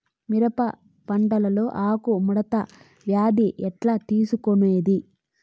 మిరప పంటలో ఆకు ముడత వ్యాధి ఎట్లా తెలుసుకొనేది?